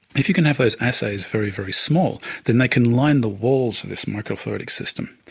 if you can have those assays very, very small, then they can line the walls of this microfluidic system.